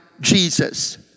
Jesus